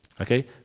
Okay